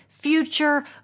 future